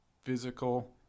physical